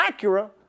Acura